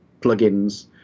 plugins